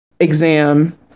exam